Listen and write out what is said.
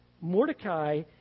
Mordecai